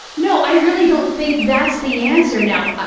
no, i really don't think that's the answer. now, ah